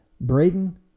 Braden